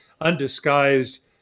undisguised